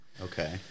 okay